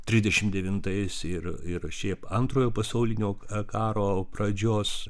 trisdešimt devintais ir ir šiaip antrojo pasaulinio karo pradžios